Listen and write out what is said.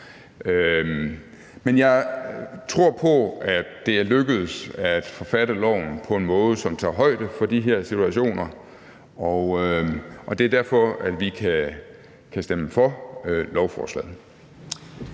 Men jeg tror på, at det er lykkedes at forfatte lovforslaget på en måde, som tager højde for de her situationer, og det er derfor, vi kan stemme for lovforslaget.